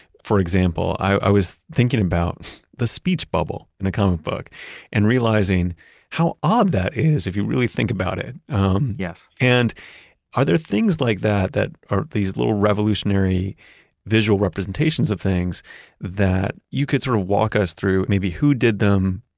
for example, i was thinking about the speech bubble in the comic book and realizing how odd that is if you really think about it um yes and are there things like that that are these little revolutionary visual representations of things that you could sort of walk us through maybe who did them,